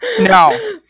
No